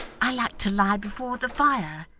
i like to lie before the fire,